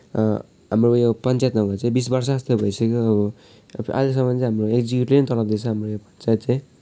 हाम्रो उयो पञ्चायत नभएको चाहिँ बिस वर्ष जस्तो भइसक्यो अब अब आजसम्म चाहिँ हाम्रो एसडिओहरूले नै चलाउँदैछ हाम्रो यो पञ्चायत चाहिँ